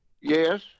Yes